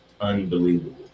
Unbelievable